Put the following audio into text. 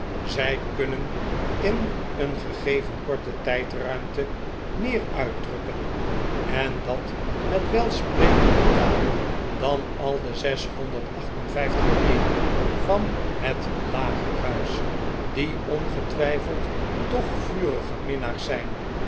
zij kunnen in een gegeven korte tijdruimte meer uitdrukken en dat met welsprekende taal dan al de zeshonderd acht en vijftig leden van het lagerhuis die ongetwijfeld toch vurige minnaars zijn